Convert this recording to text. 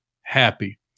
happy